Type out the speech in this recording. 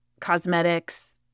cosmetics